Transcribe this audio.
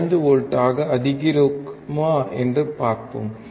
5 வோல்ட்டாக அதிகரிக்கிறோமா என்று பார்ப்போம்